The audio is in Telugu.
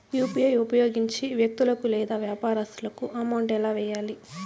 యు.పి.ఐ ఉపయోగించి వ్యక్తులకు లేదా వ్యాపారస్తులకు అమౌంట్ ఎలా వెయ్యాలి